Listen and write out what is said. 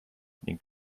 ning